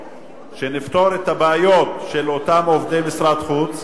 ונפתור את הבעיות של אותם עובדי משרד החוץ,